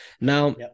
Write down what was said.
Now